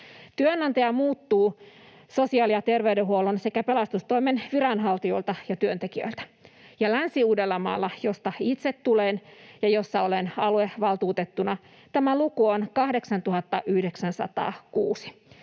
Työnantaja muuttuu sosiaali‑ ja terveydenhuollon sekä pelastustoimen viranhaltijoilta ja työntekijöiltä, ja Länsi-Uudellamaalla, josta itse tulen ja jossa olen aluevaltuutettuna, tämä luku on 8 906.